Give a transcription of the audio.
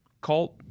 cult